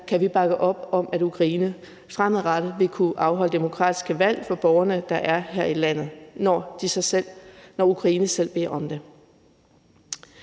kan vi bakke op om, at Ukraine fremadrettet vil kunne afholde demokratiske valg for borgerne, der er her i landet, når Ukraine selv beder om det.